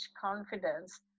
confidence